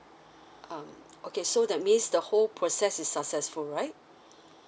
um okay so that means the whole process is successful right